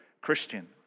Christian